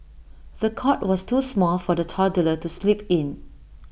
the cot was too small for the toddler to sleep in